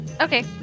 Okay